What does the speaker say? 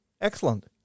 Excellent